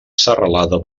serralada